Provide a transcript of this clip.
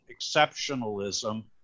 exceptionalism